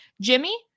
Jimmy